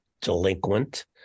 delinquent